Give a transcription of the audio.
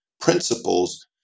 principles